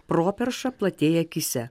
properša platėja akyse